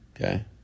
Okay